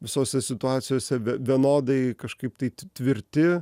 visose situacijose vienodai kažkaip tai tvirti